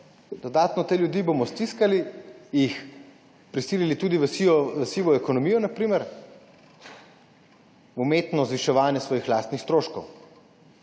Dodatno bomo te ljudi stiskali, jih prisilili tudi v sivo ekonomijo, na primer, v umetno zviševanje svojih lastnih stroškov.